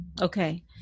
Okay